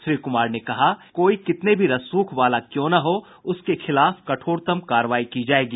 श्री कुमार ने कहा कि कोई कितने भी रसूख वाला क्यों न हो उसके खिलाफ कठोरतम कार्रवाई की जायेगी